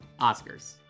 Oscars